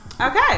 okay